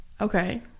Okay